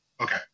Okay